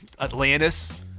Atlantis